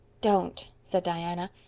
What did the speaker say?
don't! said diana.